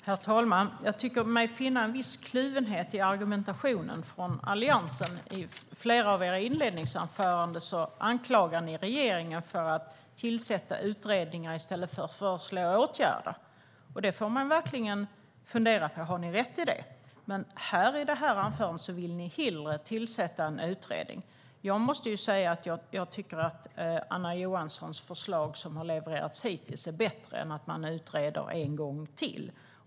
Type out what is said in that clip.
Herr talman! Jag tycker mig finna en viss kluvenhet i argumentationen från Alliansen. I flera av era inledningsanföranden anklagar ni regeringen för att tillsätta utredningar i stället för att föreslå åtgärder. Det får man verkligen fundera på - har ni rätt i det? Men i denna replik vill ni hellre tillsätta en utredning. Jag måste säga att jag tycker att Anna Johanssons förslag som har levererats hittills är bättre än att man utreder en gång till.